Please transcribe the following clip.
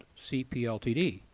CPLTD